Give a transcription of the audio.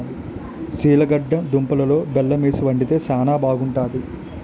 సిలగడ దుంపలలో బెల్లమేసి వండితే శానా బాగుంటాది